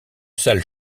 sale